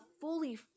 fully